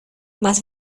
más